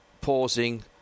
pausing